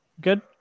Good